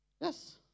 Yes